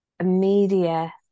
Media